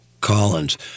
Collins